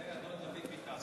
זה אדון דוד ביטן.